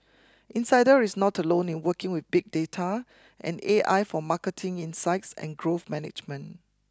insider is not alone in working with big data and A I for marketing insights and growth management